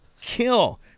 kill